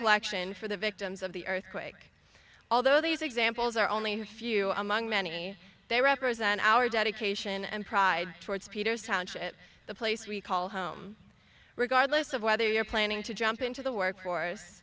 action for the victims of the earthquake although these examples are only a few among many they represent our dedication and pride towards peters township the place we call home regardless of whether you're planning to jump into the workforce